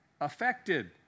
affected